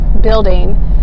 building